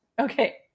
okay